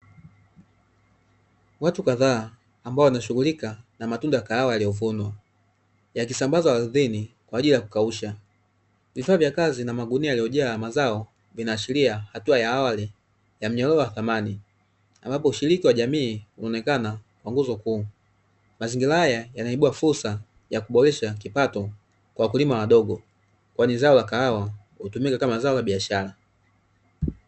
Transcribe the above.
Watu kadhaa ambao wanashughulika na matunda ya kahawa yaliyovunwa yakisambazwa ardhini kwa ajili ya kukausha. Vifaa vya kazi na magunia yaliyojaa mazao vinaashiria hatua ya awali ya mnyororo wa thamani ambapo ushiriki wa jamii huonekana kuwa nguzo kuu. Mazingira haya yanaibua fursa ya kuboresha kipato kwa wakulima wadogo kwani zao la kahawa hutumika kama zao la biashara.